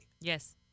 Yes